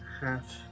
half